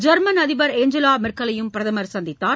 German அதிபர் Angela மெர்க்கலையும் பிரதமர் சந்தித்தார்